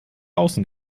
außen